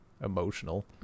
Emotional